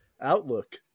outlook